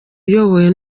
uyobowe